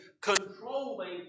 controlling